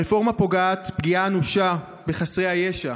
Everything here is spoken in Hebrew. הרפורמה פוגעת פגיעה אנושה בחסרי הישע.